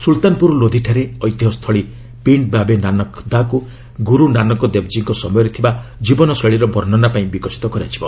ସୁଲତାନପୁର ଲୋଧିଠାରେ ଐତିହ୍ୟ ସ୍ଥଳୀ 'ପିଣ୍ଡ ବାବେ ନାନକ ଦା'କୁ ଗୁରୁନାନକ ଦେବଜୀଙ୍କ ସମୟରେ ଥିବା ଜୀବନ ଶୈଳୀର ବର୍ଷନା ପାଇଁ ବିକଶିତ କରାଯିବ